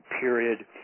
period